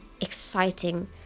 exciting